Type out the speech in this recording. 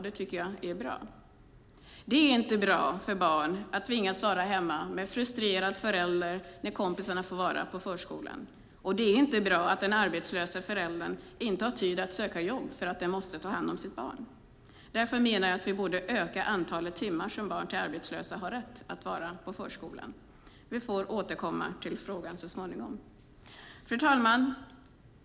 Det är bra. Det är inte bra för barn att tvingas vara hemma med en frustrerad förälder när kompisarna får vara på förskolan. Det är inte bra att den arbetslöse föräldern inte har tid att söka jobb för att den måste ta hand om sitt barn. Därför menar jag att vi borde öka antalet timmar som barn till arbetslösa har rätt att vara på förskolan. Vi får återkomma till frågan så småningom. Fru talman!